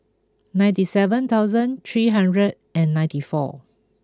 ninety seven thousand three hundred and ninety four